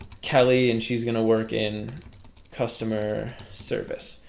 kelly and she's gonna work in customer service.